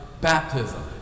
baptism